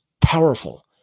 powerful